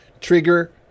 trigger